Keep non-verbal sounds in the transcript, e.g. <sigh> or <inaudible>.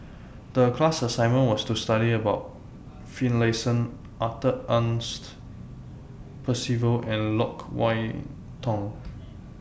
The class assignment was to study about Finlayson Arthur Ernest Percival and Loke Wan Tho <noise>